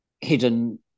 hidden